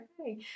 okay